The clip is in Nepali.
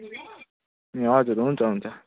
ए हजुर हुन्छ हुन्छ